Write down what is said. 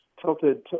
tilted